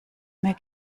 mehr